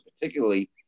particularly